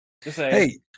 Hey